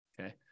Okay